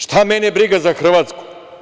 Šta mene briga za Hrvatsku?